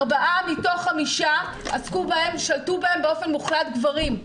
ארבעה מתוך חמישה, שלטו בהם באופן מוחלט גברים.